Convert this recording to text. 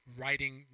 writing